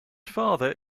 father